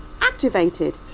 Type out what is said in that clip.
activated